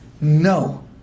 No